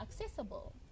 accessible